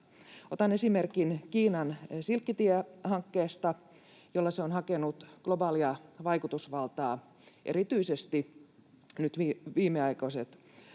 Otan esimerkin Kiinan silkkitiehankkeesta, jolla se on hakenut globaalia vaikutusvaltaa. Erityisesti nyt viimeaikaiset